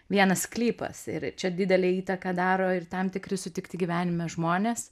vienas sklypas ir čia didelę įtaką daro ir tam tikri sutikti gyvenime žmonės